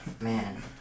Man